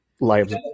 lives